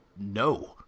No